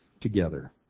together